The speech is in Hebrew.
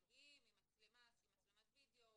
בדרך כלל מגיעים עם מצלמה שהיא מצלמת וידאו,